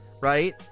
Right